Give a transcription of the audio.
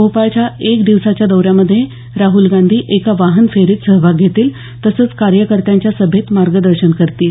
भोपाळच्या एका दिवसाच्या दौऱ्यामध्ये गांधी एका वाहन फेरीत सहभाग घेतील तसंच कार्यकर्त्यांच्या सभेत मार्गदर्शन करतील